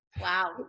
Wow